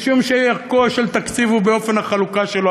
משום שערכו של תקציב הוא באופן החלוקה שלו.